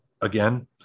again